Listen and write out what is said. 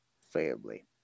Family